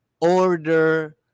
order